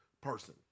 person